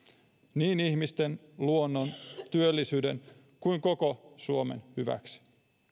niin ihmisten luonnon työllisyyden kuin koko suomen hyväksi